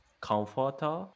comforter